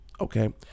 Okay